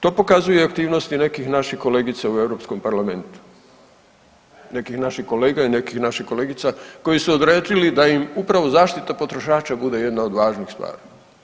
To pokazuje i aktivnosti nekih naših kolegica u Europskom parlamentu, nekih naših kolega i nekih naših kolegica koji su odredili da im upravo zaštita potrošača bude jedna od važnih stvari.